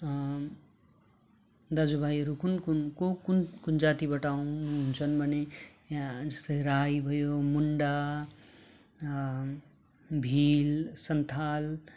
दाजुभाइहरू कुन कुन को कुन कुन जातिबाट आउनु हुन्छन् भने यहाँ जस्तै राई भयो मुन्डा भिल सन्थाल